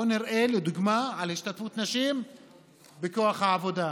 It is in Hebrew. בוא נראה לדוגמה את השתתפות הנשים בכוח העבודה: